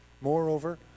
moreover